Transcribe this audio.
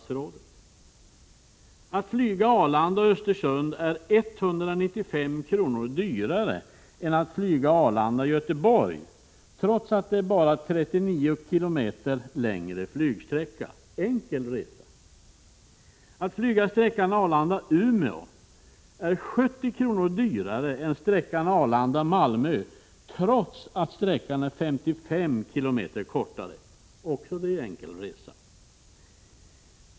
Att flyga sträckan Arlanda-Östersund är 195 kr. dyrare än att flyga sträckan Arlanda-Göteborg, trots att det rör sig om endast 39 km längre flygsträcka, enkel resa. Att flyga sträckan Arlanda-Umeå är 70 kr. dyrare än att flyga sträckan Arlanda-Malmö, trots att sträckan är 55 km kortare, också det enkel resa.